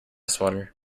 swatter